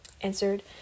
answered